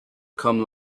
cum